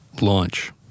Launch